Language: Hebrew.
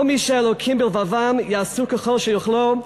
כל מי שאלוקים בלבבם יעשו ככל שיוכלו,